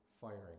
firing